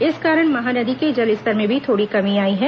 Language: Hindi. इस कारण महानदी के जलस्तर में भी थोड़ी कमी आई है